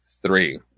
three